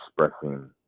expressing